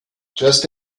just